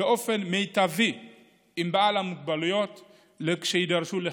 באופן מיטבי עם בעלי המוגבלויות כשיידרשו לכך.